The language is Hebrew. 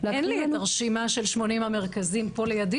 אין לי את הרשימה של שמונים המרכזים פה לידי.